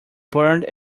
burned